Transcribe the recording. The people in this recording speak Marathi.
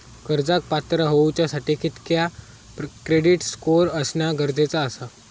कर्जाक पात्र होवच्यासाठी कितक्या क्रेडिट स्कोअर असणा गरजेचा आसा?